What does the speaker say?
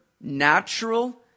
natural